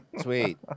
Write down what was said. Sweet